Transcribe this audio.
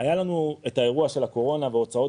היה לנו את האירוע של הקורונה והוצאות